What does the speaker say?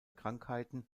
krankheiten